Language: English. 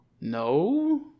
No